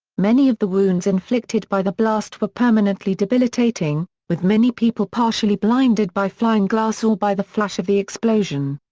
many of the wounds inflicted by the blast were permanently debilitating, with many people partially blinded by flying glass or by the flash of the explosion.